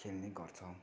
खेल्ने गर्छौँ